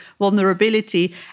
vulnerability